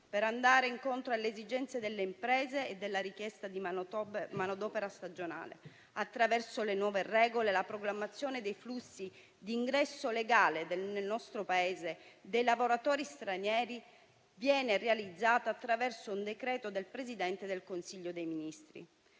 per andare incontro alle esigenze delle imprese e alla richiesta di manodopera stagionale. Attraverso le nuove regole, la programmazione dei flussi di ingresso legale nel nostro Paese dei lavoratori stranieri viene realizzata attraverso un decreto del Presidente del Consiglio dei ministri.